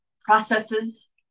processes